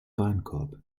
warenkorb